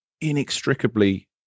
inextricably